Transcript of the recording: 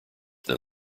than